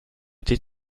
did